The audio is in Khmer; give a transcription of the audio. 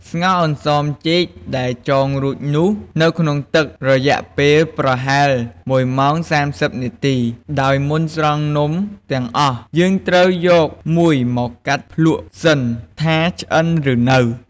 ស្ងោរអន្សមចេកដែលចងរួចនោះនៅក្នុងទឹក រយៈពេលប្រហែល ១ម៉ោង៣០នាទី ដោយមុនស្រង់នំទាំងអស់ យើងត្រូវយកមួយមកកាត់ភ្លក្សសិនថាឆ្អិនឬនៅ។